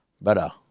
Better